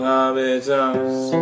Habitats